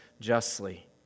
justly